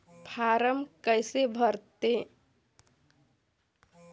Form कइसे भरते?